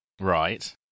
Right